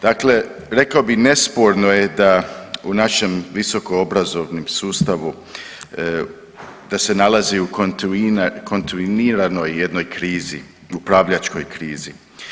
Dakle, rekao bi nesporno je da u našem visokoobrazovnom sustavu da se nalazi u kontinuiranoj jednoj krizi, upravljačkoj krizi.